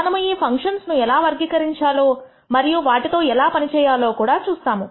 మనము ఈ ఫంక్షన్స్ ను ఎలా వర్గీకరించాలో మరియు వాటితో ఎలా పనిచేయాలో కూడా చూస్తాము